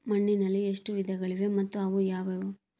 ಮಣ್ಣಿನಲ್ಲಿ ಎಷ್ಟು ವಿಧಗಳಿವೆ ಮತ್ತು ಅವು ಯಾವುವು?